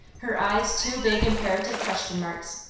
her eyes two big imperative question marks.